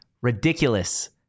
ridiculous